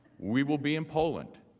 we will be in poland.